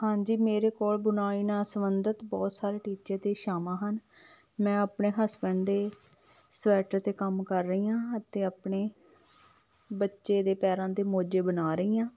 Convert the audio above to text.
ਹਾਂਜੀ ਮੇਰੇ ਕੋਲ ਬੁਣਾਈ ਨਾਲ ਸੰਬੰਧਿਤ ਬਹੁਤ ਸਾਰੇ ਟੀਚੇ ਅਤੇ ਇੱਛਾਵਾਂ ਹਨ ਮੈਂ ਆਪਣੇ ਹਸਬੈਂਡ ਦੇ ਸਵੈਟਰ 'ਤੇ ਕੰਮ ਕਰ ਰਹੀ ਹਾਂ ਅਤੇ ਆਪਣੇ ਬੱਚੇ ਦੇ ਪੈਰਾਂ ਦੇ ਮੋਜੇ ਬਣਾ ਰਹੀ ਹਾਂ